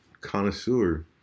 connoisseur